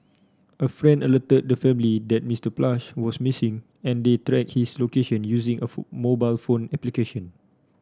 a friend alerted the family that Mister Plush was missing and they tracked his location using a phone mobile phone application